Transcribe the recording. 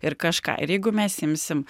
ir kažką ir jeigu mes imsim